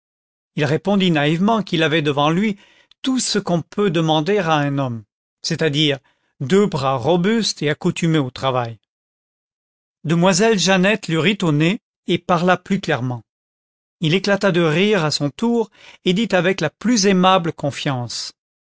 il répondit naïvement qu'il avait devant lui tout ce qu'on peut demander à un homme c'est à dire deux bras robustes et accoutumés au travail demoiselle jeannette lui rit au nez et parla plus clairement il éclata de rire à son tour et dit avec la plus aimable confiance